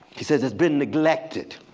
he says it's been neglected,